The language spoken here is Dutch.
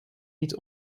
niet